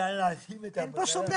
מטעם המוסד?